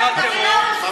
ולגבי טרור?